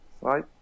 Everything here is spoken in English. right